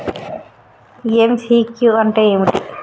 MCQ అంటే ఏమిటి?